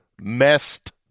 messed